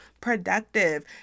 productive